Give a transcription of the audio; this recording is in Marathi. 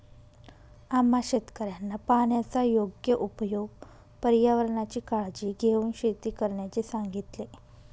आम्हा शेतकऱ्यांना पाण्याचा योग्य उपयोग, पर्यावरणाची काळजी घेऊन शेती करण्याचे सांगितले